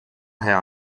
hea